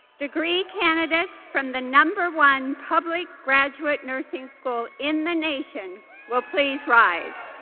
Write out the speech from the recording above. degree candidates from the number one public graduate nursing school in the nation will please rise.